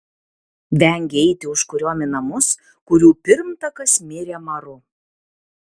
vengė eiti užkuriom į namus kurių pirmtakas mirė maru